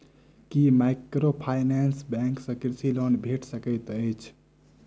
की microfinance bank सँ कृषि loan भेटि सकैत अछि?